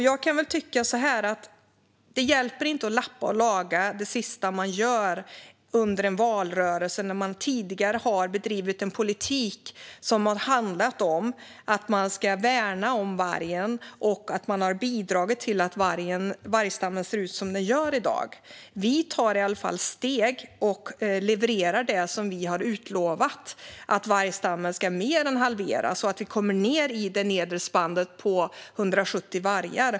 Jag kan tycka att det inte hjälper att lappa och laga det sista man gör under en valrörelse, när man tidigare har bedrivit en politik som har handlat om att värna vargen och bidra till att vargstammen ser ut som den gör i dag. Vi tar steg och levererar det vi har utlovat, nämligen att vargstammen ska mer än halveras så att vi kommer ned till det nedre spannet på 170 vargar.